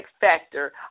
factor